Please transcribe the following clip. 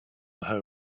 home